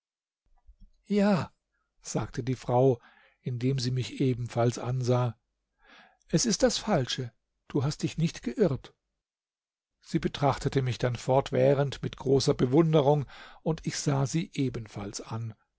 ja sagte die frau indem sie mich ebenfalls ansah es ist das falsche du hast dich nicht geirrt sie betrachtete mich dann fortwährend mit großer bewunderung und ich sah sie ebenfalls an